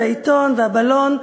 העיתון והבלון,